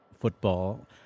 football